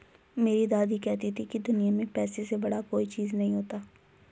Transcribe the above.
मेरी दादी कहती थी कि दुनिया में पैसे से बड़ा कोई चीज नहीं होता